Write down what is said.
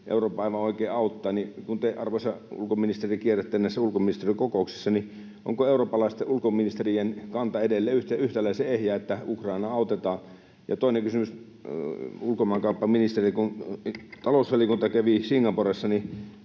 Eurooppa aivan oikein auttaa. Kun te, arvoisa ulkoministeri, kierrätte näissä ulkoministerikokouksissa, niin onko eurooppalaisten ulkoministerien kanta edelleen yhtäläisen ehjä siinä, että Ukraina autetaan? Ja toinen kysymys ulkomaankauppaministerille: Kun talousvaliokunta kävi Singaporessa,